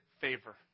favor